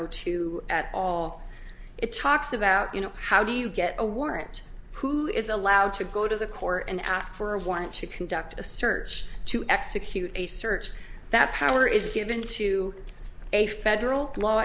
zero two at all it talks about you know how do you get a warrant who is allowed to go to the court and ask for one to conduct a search to execute a search that power is given to a federal law